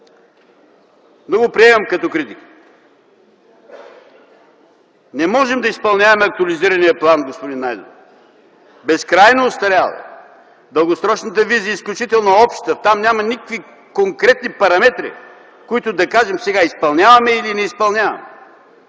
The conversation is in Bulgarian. Но го приемам като критика. Не можем да изпълняваме актуализирания план, господин Найденов. Безкрайно остарял е. Дългосрочната визия е изключително обща. Там няма никакви конкретни параметри, които сега да кажем изпълняваме или не изпълняваме.